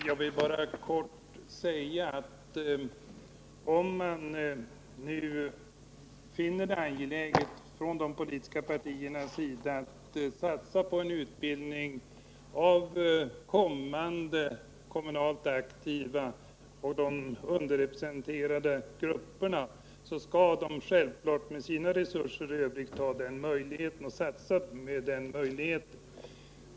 Herr talman! Jag vill bara kort säga att om de politiska partierna finner det angeläget att satsa på utbildning av kommande kommunalt aktiva samt underrepresenterade grupper så skall de självklart med sina resurser i övrigt ha möjlighet att satsa på detta.